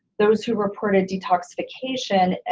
those who reported detoxification,